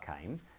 came